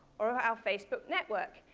or our facebook network,